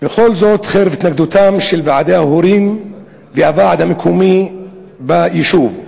וכל זאת חרף התנגדותם של ועדי ההורים והוועד המקומי ביישוב,